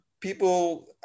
people